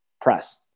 press